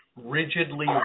Rigidly